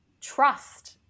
trust